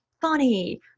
funny